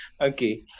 okay